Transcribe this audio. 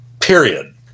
Period